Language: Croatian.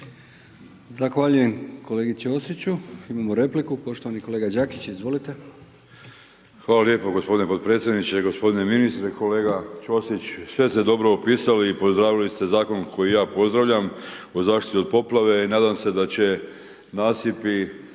Hvala lijepo gospodine podpredsjedniče, gospodine ministre, kolega Ćosić. Sve ste dobro opisali i pozdravili ste Zakon, koji ja pozdravljam, o zaštiti od poplave i nadam se da će nasipi